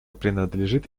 принадлежит